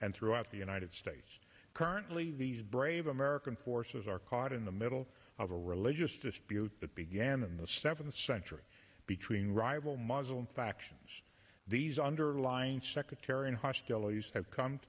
and throughout the united states currently these brave american forces are caught in the middle of a religious dispute that began in the seventh century between rival muslim factions these underline secretary hostilities have come